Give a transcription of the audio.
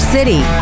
City